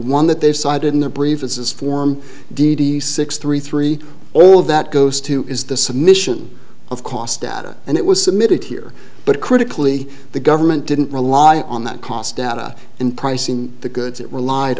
one that they've cited in the brief is form d d six three three all of that goes to is the submission of cost data and it was submitted here but critically the government didn't rely on that cost data in pricing the goods it relied